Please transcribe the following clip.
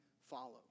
follow